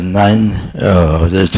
nine